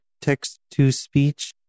text-to-speech